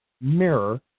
mirror